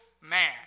man